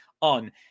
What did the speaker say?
on